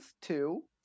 two